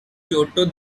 kyoto